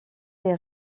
les